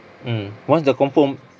mm once dah confirm